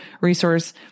resource